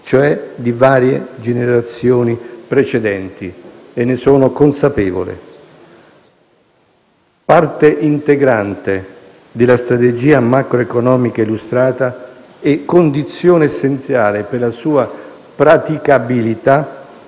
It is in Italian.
cioè di varie generazioni precedenti, e ne sono consapevole. Parte integrante della strategia macroeconomica illustrata e condizione essenziale per la sua praticabilità